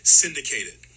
syndicated